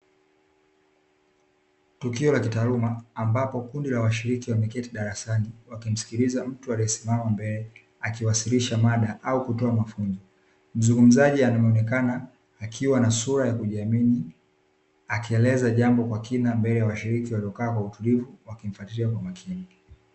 Tukio la kitaaluma ambapo kundi la washiriki wameketi darasani, wakimsikiliza mtu aliyesimama mbele akiwasilisha mada au kutoa mafunzo. Mzungumzajia anaonekana akiwa na sura ya kujiamini, akieleza jambo kwa kina mbele ya washiriki waliokaa kwa utulivu, wakimfatilia kwa umakini.